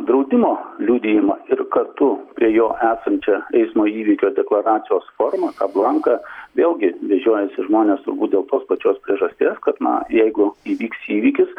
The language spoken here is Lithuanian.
draudimo liudijimą ir kartu prie jo esančią eismo įvykio deklaracijos formą tą blanką vėlgi vežiojasi žmonės turbūt dėl tos pačios priežasties kad na jeigu įvyks įvykis